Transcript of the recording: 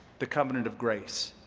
the covenant of grace.